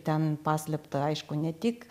ten paslėpta aišku ne tik